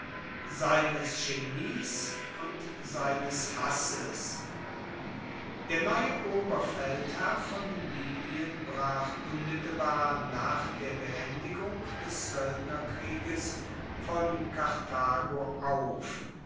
seines genies und seines hasses der neue oberfeldherr von libyen brach unmittelbar nach der beendigung des soeldnerkrieges von karthago auf